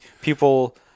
people